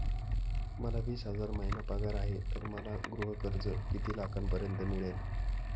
मला वीस हजार महिना पगार आहे तर मला गृह कर्ज किती लाखांपर्यंत मिळेल?